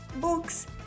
books